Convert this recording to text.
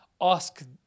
ask